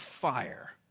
fire